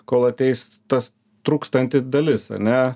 kol ateis tas trūkstanti dalis ane